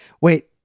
Wait